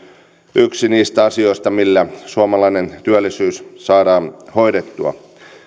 yksi niistä asioista millä suomalainen työllisyys saadaan hoidettua